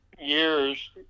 years